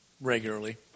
regularly